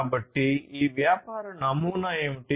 కాబట్టి ఈ వ్యాపార నమూనా ఏమిటి